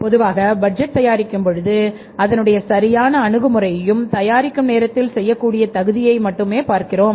பொதுவாக பட்ஜெட் தயாரிக்கும் பொழுது அதனுடைய சரியான அணுகு முறையையும் தயாரிக்கும்நேரத்தில் செய்யக் கூடிய தகுதியை மட்டுமே பார்க்கிறோம்